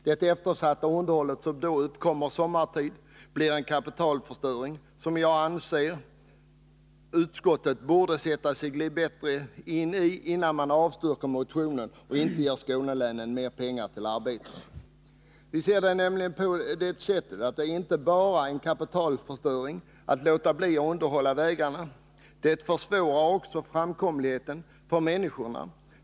Det eftersatta underhåll som då uppkommer sommartid innebär en kapitalförstöring, något som jag anser att utskottet borde ha satt sig bättre in i innan man avstyrkte motionen och därmed förslaget att ge Skånelänen mera pengar till vägarbetena. Att låta bli att underhålla vägarna innebär som vi ser det inte bara en kapitalförstöring. Det försvårar också framkomligheten för människorna.